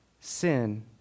sin